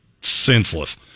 senseless